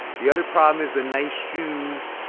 the other problem is the nice shoes.